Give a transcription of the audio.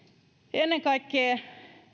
ennen kaikkea